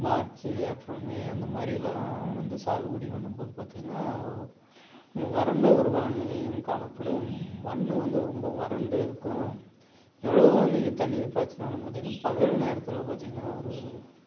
March April May அந்த மாதிரிலாம் வந்து சாகுபடி பண்ணும் போது பார்த்தீங்கன்னா வறண்ட ஒரு வான்நிலையும் காணப்படும் மண்ணு வந்து ரொம்ப வறண்டு இருக்கும் எவ்வளோவோ நீங்க தண்ணி பாய்ச்சினாலும் பார்த்தீங்கன்னா பகல் நேரத்தில் பார்த்தீங்கன்னா ஒரு